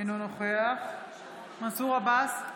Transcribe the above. אינו נוכח מנסור עבאס,